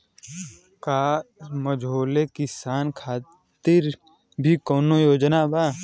का मझोले किसान खातिर भी कौनो योजना बा?